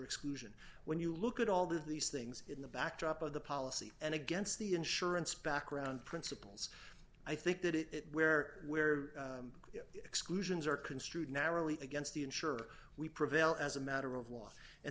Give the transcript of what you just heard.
exclusion when you look at all these things in the backdrop of the policy and against the insurance background principles i think that it where where exclusions are construed narrowly against the insurer we prevail as a matter of law and